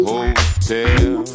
Hotel